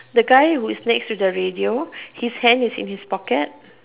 the guy who is next to the radio his hand is in his pocket